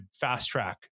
fast-track